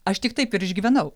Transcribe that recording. aš tik taip ir išgyvenau